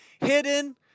hidden